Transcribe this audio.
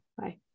Bye